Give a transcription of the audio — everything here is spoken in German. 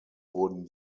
wurden